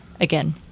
again